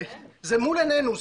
זה מול עינינו,